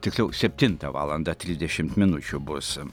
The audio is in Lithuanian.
tiksliau septintą valandą trisdešimt minučių bus